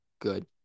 good